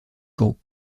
group